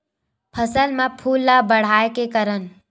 फसल म फूल ल बढ़ाय का करन?